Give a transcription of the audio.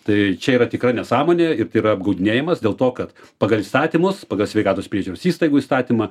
tai čia yra tikra nesąmonė ir tai yra apgaudinėjimas dėl to kad pagal įstatymus pagal sveikatos priežiūros įstaigų įstatymą